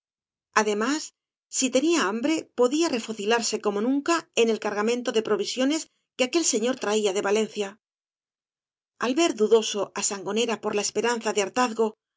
además si tenía hambre podía refocilarse como nunca en el cargamento de provisiones que aquel señor traía de valencia al ver dudoso á sangonera por la esperanza de hartazgo